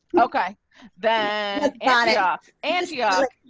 okay then. and ah angie. ah